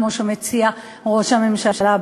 כמו שמציע ראש הממשלה,